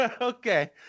Okay